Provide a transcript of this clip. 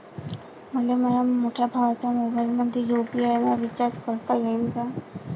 मले माह्या मोठ्या भावाच्या मोबाईलमंदी यू.पी.आय न रिचार्ज करता येईन का?